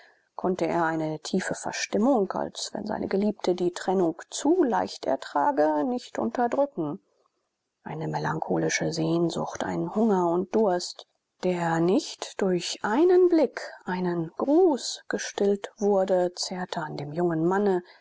konnte er eine tiefe verstimmung als wenn seine geliebte die trennung zu leicht ertrage nicht unterdrücken eine melancholische sehnsucht ein hunger und durst der nicht durch einen blick einen gruß gestillt wurde zehrte an dem jungen manne